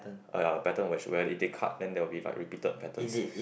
uh ya better where if they cut then there'll be like repeated patterns